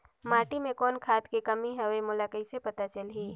माटी मे कौन खाद के कमी हवे मोला कइसे पता चलही?